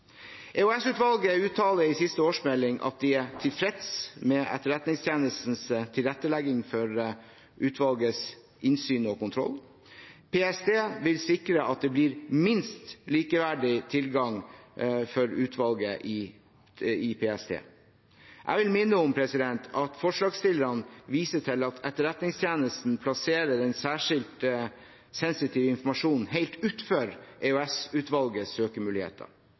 EOS-utvalget uttaler i siste årsmelding at de er tilfreds med Etterretningstjenestens tilrettelegging for utvalgets innsyn og kontroll. PST vil sikre at det minst blir likeverdig tilgang for utvalget i PST. Jeg vil minne om at forslagsstillerne viser til at Etterretningstjenesten plasserer den særskilt sensitive informasjonen helt utenfor EOS-utvalgets søkemuligheter.